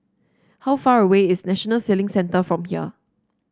how far away is National Sailing Centre from here